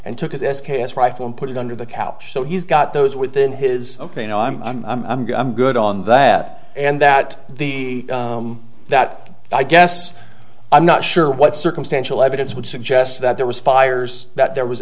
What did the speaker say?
and took his s k s rifle and put it under the couch so he's got those within his ok i'm i'm good i'm good on that and that the that i guess i'm not sure what circumstantial evidence would suggest that there was fires that there was